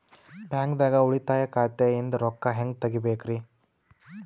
ಬ್ಯಾಂಕ್ದಾಗ ಉಳಿತಾಯ ಖಾತೆ ಇಂದ್ ರೊಕ್ಕ ಹೆಂಗ್ ತಗಿಬೇಕ್ರಿ?